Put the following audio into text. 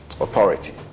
authority